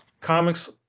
comics